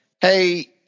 Hey